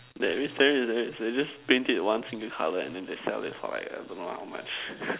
there is there is there is there is they just paint it one single colour at then they sell it for like I don't know how much